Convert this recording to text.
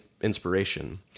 inspiration